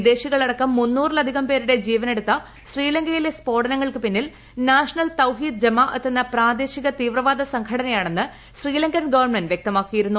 വിദേശികളടക്കം മുന്നൂറിലധികം പേരുടെ ജീവനെടുത്ത ശ്രീലങ്കയിലെ സ്ഫോടനങ്ങൾക്ക് പിന്നിൽ നാഷണൽ തൌഹീദ് ജമാ അത്തെന്ന പ്രാദേശിക തീവ്രവാദ സംഘടനയാണെന്ന് ശ്രീലങ്കൻ സർക്കാർ വ്യക്തമാക്കിയിരുന്നു